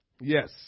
Yes